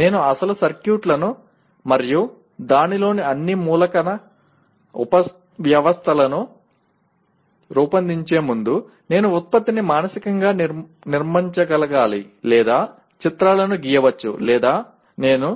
నేను అసలు సర్క్యూట్లను మరియు దానిలోని అన్ని మూలక ఉపవ్యవస్థలను రూపొందించే ముందు నేను ఉత్పత్తిని మానసికంగా నిర్మించగలగాలి లేదా చిత్రాలను గీయవచ్చు లేదా నేను